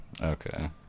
okay